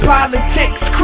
Politics